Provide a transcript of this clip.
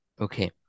okay